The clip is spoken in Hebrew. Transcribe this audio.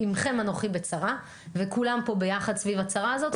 עמכם אנוכי בצרה, וכולנו פה ביחד סביב הצרה הזאת.